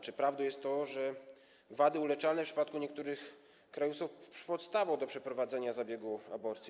Czy prawdą jest to, że wady uleczalne w przypadku niektórych krajów są podstawą do przeprowadzenia zabiegu aborcji?